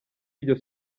iryo